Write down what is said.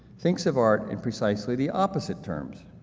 thinks of art in precisely the opposite terms,